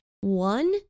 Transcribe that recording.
One